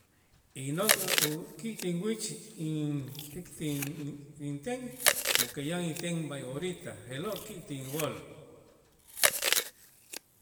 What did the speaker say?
Innok' uki' tinwich intz'ik tin inten lo que ya inten b'ay orita je'lo' ki' tinwool.